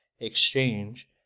exchange